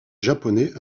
japonais